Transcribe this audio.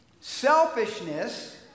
Selfishness